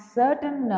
certain